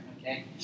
okay